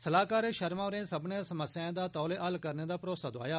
सलाहकार शर्मा होरें सब्बनें समस्याएं दा तौले हल करने दा भरोसा दोआया